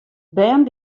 bern